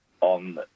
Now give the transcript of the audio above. on